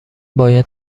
باید